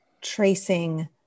tracing